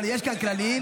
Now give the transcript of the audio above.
אבל יש כאן כללים.